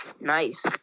Nice